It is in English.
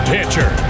Pitcher